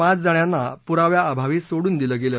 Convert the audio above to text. पाच जणांना पुराव्याअभावी सोडून दिलं गेलं